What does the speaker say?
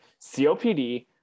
COPD